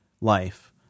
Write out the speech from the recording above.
life